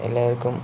എല്ലാവർക്കും